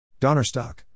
Donnerstock